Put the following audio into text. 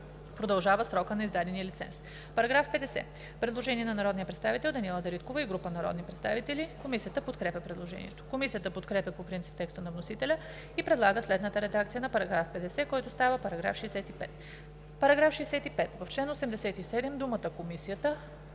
продължава срока на издадения лиценз.“ По § 50 има предложение на народния представител Даниела Дариткова и група народни представители. Комисията подкрепя предложението. Комисията подкрепя по принцип текста на вносителя и предлага следната редакция на § 50, който става § 65: „§ 65. В чл. 87 думата „Комисията“